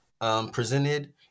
presented